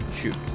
Shoot